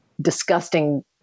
disgusting